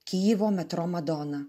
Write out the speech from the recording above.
kijevo metro madona